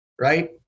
right